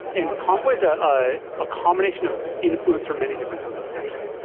and convoyaeurs ah ah a combination of influence for many different companies, actually.